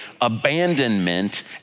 abandonment